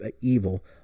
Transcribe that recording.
evil